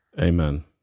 Amen